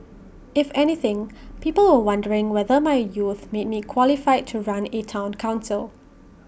if anything people were wondering whether my youth made me qualified to run A Town Council